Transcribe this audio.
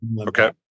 Okay